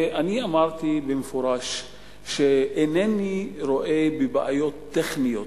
אמרתי במפורש שאינני רואה בבעיות טכניות